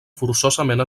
forçosament